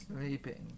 Sleeping